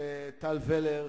של טל ולר,